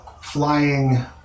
flying